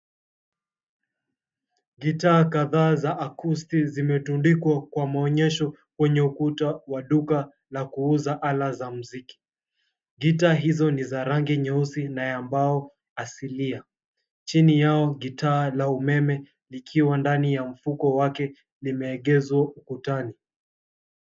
Gitaa kadhaa za akusti zimetundikwa kwa maonyesho kwenye ukuta wa duka la kuuza ala za muziki. Gitaa hizo ni za rangi nyeusi na ya mbao asilia. Chini yao gitaa la umeme likiwa ndani ya mfuko wake limeegezwa ukutani.